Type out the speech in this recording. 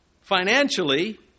Financially